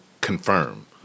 confirm